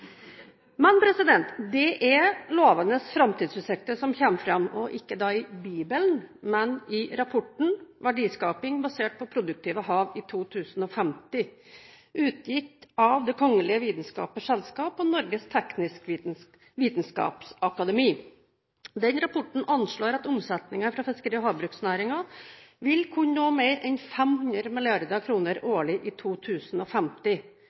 Men det er lovende framtidsutsikter som kommer fram, ikke i Bibelen, men i rapporten «Verdiskaping basert på produktive hav i 2050», utgitt av Det Kongelige Norske Videnskabers Selskab og Norges Tekniske Vitenskapsakademi. Rapporten anslår at omsetningen fra fiskeri- og havbruksnæringen vil kunne nå mer enn 500 mrd. kr årlig i 2050.